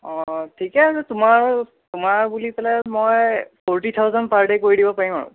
অঁ ঠিকেই আছে তোমাৰ তোমাৰ বুলি পেলাই মই ফৰ্টি থাউজেণ্ড পাৰ ডে' কৰি দিব পাৰিম আৰু